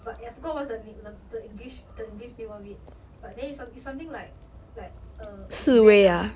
but uh I forgot what's the na~ the the english the english name of it but they is something like like a event ah